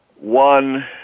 One